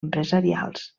empresarials